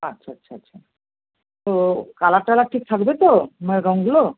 আচ্ছা আচ্ছা আচ্ছা তো কালার টালার ঠিক থাকবে তো মানে রঙগুলো